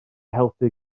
helpu